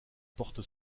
porte